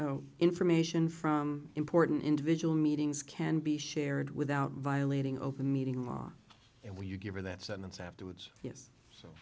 zero information from important individual meetings can be shared without violating open meeting law and when you give you that sentence afterwards